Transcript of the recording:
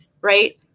right